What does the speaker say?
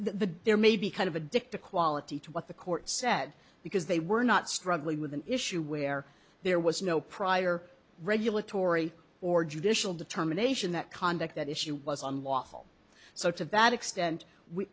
or maybe kind of addictive quality to what the court said because they were not struggling with an issue where there was no prior regulatory or judicial determination that conduct that issue was unlawful so to that extent we